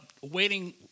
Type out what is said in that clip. waiting